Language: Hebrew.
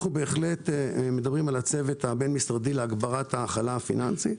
אנחנו מדברים על הצוות הבין-משרדי להגברת ההכלה הפיננסית.